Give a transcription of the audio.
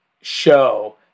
show